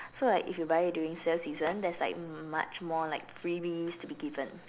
so like if you buy it during sale season there's like much more like freebies to be given